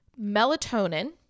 melatonin